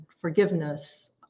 forgiveness